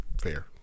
fair